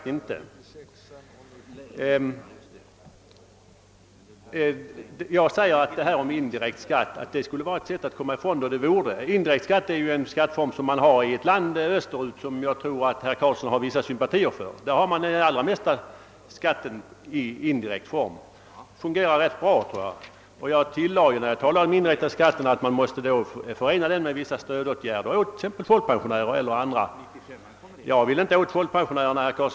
Jag tillät mig säga att ett system med indirekt skatt skulle vara ett sätt att komma ifrån skattefusket, och det är ju också en skatteform som tillämpas i ett land österut, vilket jag tror att herr Karlsson har vissa sympatier för. Där är den största delen av skatten indirekt, och jag tror att det systemet fungerar ganska bra. När jag talade om den indirekta skatten tillade jag att det systemet måste förenas med vissa stödåtgärder för exempelvis folkpensionärerna. Jag vill inte åt folkpensionärerna, herr Karlsson.